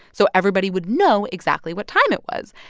so everybody would know exactly what time it was.